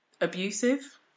abusive